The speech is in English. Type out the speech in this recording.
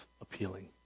appealing